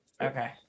Okay